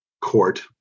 court